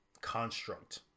construct